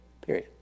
period